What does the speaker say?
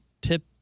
tip